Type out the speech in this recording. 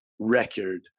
record